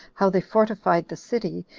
how they fortified the city,